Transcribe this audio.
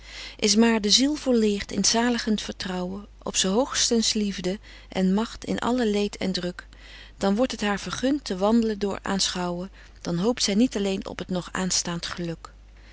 is maar de ziel volleert in t zaligent vertrouwen op s hoogstens liefde en magt in allen leed en druk dan wordt het haar vergunt te wandlen door aanschouwen dan hoopt zy niet alleen op t nog aanstaant geluk